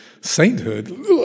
sainthood